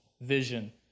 vision